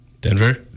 Denver